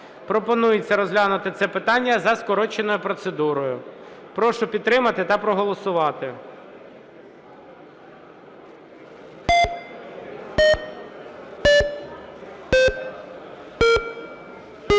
Пропонується розглянути це питання за скороченою процедурою. Прошу підтримати та проголосувати.